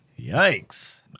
Yikes